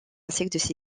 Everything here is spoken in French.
insectes